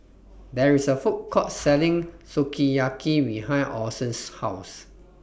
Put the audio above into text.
There IS A Food Court Selling Sukiyaki behind Orson's House